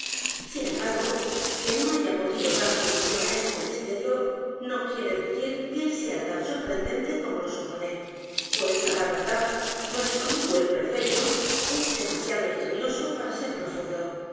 g o que no haya podido dar solución á este misterio no quiere decir que él sea tan sorprendente como lo supone pues á la verdad nuestro amigo el prefecto es demasiado ingenioso p a r a ser profundo